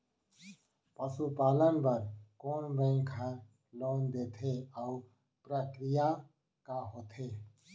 पसु पालन बर कोन बैंक ह लोन देथे अऊ प्रक्रिया का होथे?